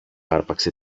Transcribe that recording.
άρπαξε